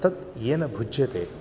तत् येन भुज्यते